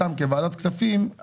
סתם כוועדת כספים,